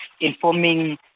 informing